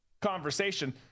conversation